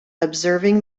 observing